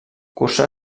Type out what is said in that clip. cursà